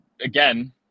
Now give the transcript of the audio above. again